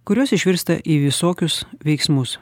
kurios išvirsta į visokius veiksmus